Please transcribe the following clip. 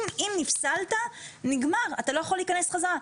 אם נפסלת, נגמר ואתה לא יכול להיכנס חזרה.